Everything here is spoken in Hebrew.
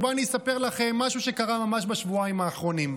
בואו ואני אספר לכם משהו שקרה ממש בשבועיים האחרונים.